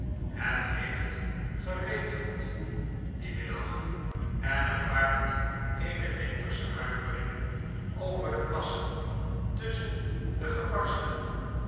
het heeft geregend dien middag en er vaart eene wintersche huivering over de plassen tusschen de gebarsten